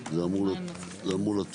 המחוזיות וההעברה לוועדות המשנה.